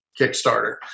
Kickstarter